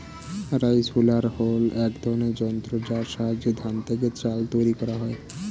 rice huller হল এক ধরনের যন্ত্র যার সাহায্যে ধান থেকে চাল তৈরি করা হয়